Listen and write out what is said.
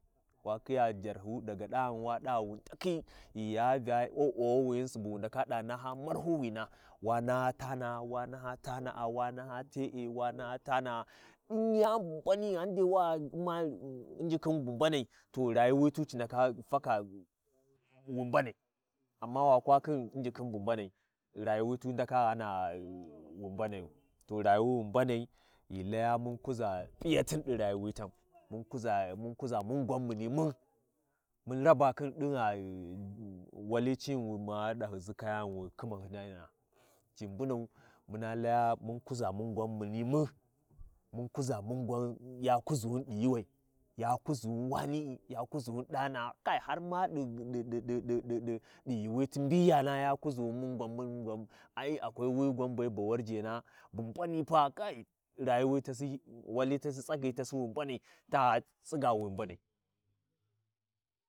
Ta biya P’iyatin ɗi Layina, ghani wa kwa wu kwa khin kurɗinaa hyi ndaka ga P’awi ma ghi P;aya, Ya tshighawu ma mi bu P’awa? Wu ndaka ɗa va wa kwa khin kurɗiny, amma ghan dai wa khin kurɗin tighiwi, ɗin ghi wu ndakhiya wi ndakan wu ndaka khiya kuʒa P’iyatin ba ɗi Layiwi, wu ndaka kuʒa ma har kalpun ma a ndaka dəau, ghingin miya, ghingin wa khin kurɗina ghingin miya ghingin wa khin kurɗina, ɗin ghi wu ndakhiya wu ndaka kuʒa kalpun ɗi tighiwi, wi ndaka ɗin ghi wu ndakhiya, wa bu wani?, wa kuʒa wa khin Jana, gma jani a ndaka ga ʒhawi wa kuʒa P’iyatin ɗi Layiwi, wu ndaka kiya kuʒa Uwi, wi Ɪcalpun badi Layiwi wa niya riʒima gma sosai, amma ghani wa kwa khin Jana wu ndaka kuʒa ƙalpuni, wu ndaka kuʒa ma gma kamu wa gwanau, wa P;iyau, tirwu ya ɗuva mubu P’awa? Wa sina wu ndaka ɗalthin ma wi sinaa yan Pa’awu. Wa kwa yan damawi (injiki) damuwawina khin khin wuyan wani hyi ndaka ga P’awi ua Ummi ya Ummu tirsnis, ya P’awu, wu ndaka (Pi) ya P’awi ɗi wi damuwi kaca kci ɗi tighiwi to ghingin wi kwa wi kwa, wa- wa khin kurɗunu, ghani wa khin kurɗina, wu ndaka ga kuʒa Piyatina, wu ndaka ƙuna tana’a, wu ndaka ƙina te’e, wa P’iyuwi wa ndaka Lthau, wa Lthu ai, ɗin ghi wu Lthwi, wi Sina dai wa khin jana, jani gma a ndaka khiya ʒhawi wa kuʒa P’aɗin ɗi tighiwi, harma wa khiya wuyani wa cati Vyawi wa ɗa gyishi sabo miya, wa kuʒa daɗi ba ɗi Layiwi.